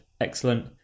excellent